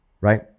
right